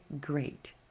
great